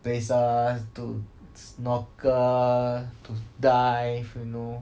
places to snorkel to dive you know